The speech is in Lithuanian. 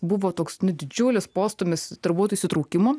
buvo toks didžiulis postūmis turbūt įsitraukimu